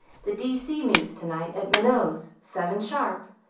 the d c. meets to-night, at minot's, seven sharp.